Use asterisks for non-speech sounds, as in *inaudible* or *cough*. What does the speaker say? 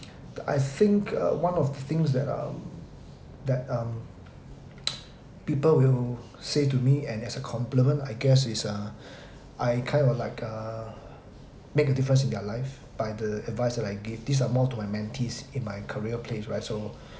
the I think uh one of the things that um that um *noise* people will say to me and as a compliment I guess is uh I kind of like uh make a difference in their life by the advice that I give these are more to my mentees in my career place right so